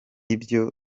ibyo